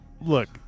look